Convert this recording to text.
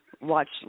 watch